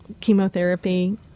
chemotherapy